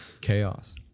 Chaos